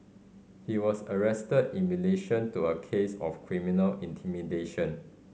he was arrested in relation to a case of criminal intimidation